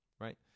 right